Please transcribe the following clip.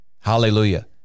Hallelujah